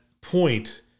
point